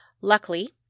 Luckily